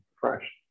fresh